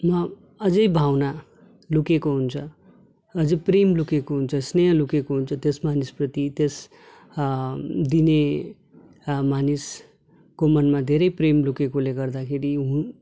मा अझै भावना लुकेको हुन्छ अझै प्रेम लुकेको हुन्छ स्नेह लुकेको हुन्छ त्यस मानिसप्रति त्यस दिने मानिसको मनमा धेरै प्रेम लुकेकोले गर्दाखेरि